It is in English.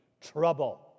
trouble